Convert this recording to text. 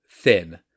thin